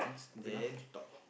then talk